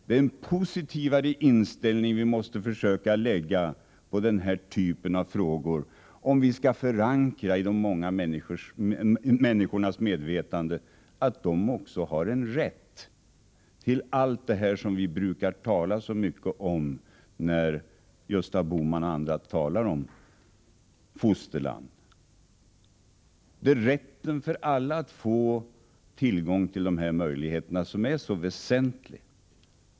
Vi måste försöka få en positivare inställning till denna typ av frågor, om vi i de många människornas medvetande skall kunna förankra att även de har en rätt till det som Gösta Bohman och andra kallar fosterland. Rätten för alla att få tillgång till dessa möjligheter är så väsentlig.